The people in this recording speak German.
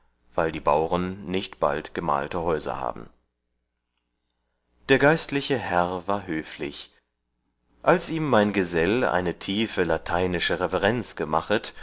weil die bauren nicht bald gemalte häuser haben der geistliche herr war höflich als ihm mein gesell eine tiefe lateinische reverenz gemachet